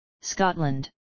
Scotland